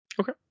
Okay